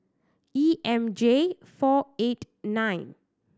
E M J four eight nine